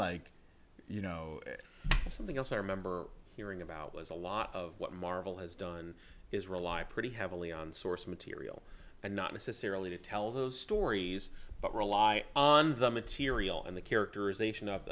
like you know something else i remember hearing about was a lot of what marvel has done is rely heavily on source material and not necessarily to tell those stories but rely on the material and the characterization of